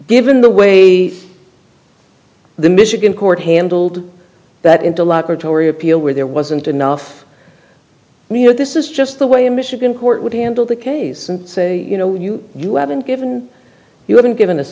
given the way the michigan court handled that in the locker tory appeal where there wasn't enough you know this is just the way a michigan court would handle the case and say you know you you haven't given you haven't given us